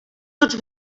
tots